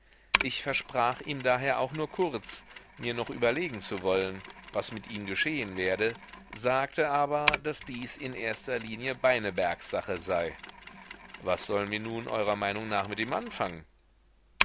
ich versprach ihm daher auch nur kurz mir noch überlegen zu wollen was mit ihm geschehen werde sagte aber daß dies in erster linie beinebergs sache sei was sollen wir nun eurer meinung nach mit ihm anfangen